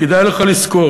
כדאי לך לזכור: